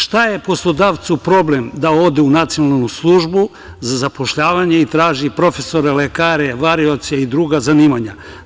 Šta je poslodavcu problem da ode u Nacionalnu službu za zapošljavanje i traži profesore, lekare, varioce i druga zanimanja?